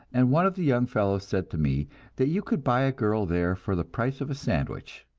and one of the young fellows said to me that you could buy a girl there for the price of a sandwich.